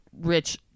rich